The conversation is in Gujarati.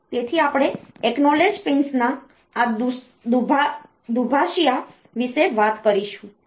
તેથી આપણે એક્નોલેજ પિન્સના આ દુભાષિયા વિશે વાત કરીશું